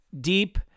deep